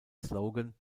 slogan